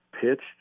pitched